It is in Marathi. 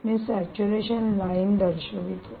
मी सॅच्युरेशन लाईन दर्शवितो